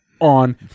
on